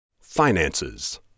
Finances